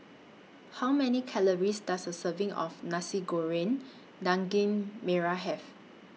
How Many Calories Does A Serving of Nasi Goreng Daging Merah Have